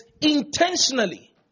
intentionally